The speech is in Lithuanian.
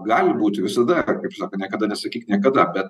gali būt visada kaip kad sako niekada nesakyk niekada bet